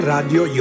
Radio